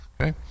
Okay